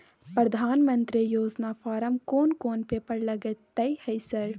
प्रधानमंत्री योजना फारम कोन कोन पेपर लगतै है सर?